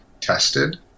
tested